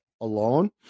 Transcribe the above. alone